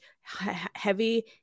heavy